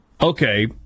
Okay